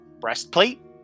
Breastplate